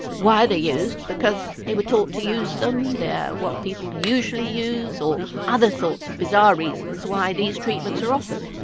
why they're used because they were taught to use them, they're what people usually use, or other thoughts of bizarre reasons why these treatments are offered.